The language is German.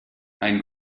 ein